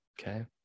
Okay